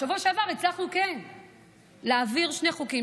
בשבוע שעבר כן הצלחנו להעביר שני חוקים